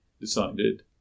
decided